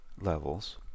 levels